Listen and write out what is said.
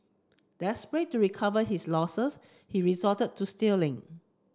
desperate to recover his losses he resorted to stealing